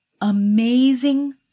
amazing